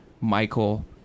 Michael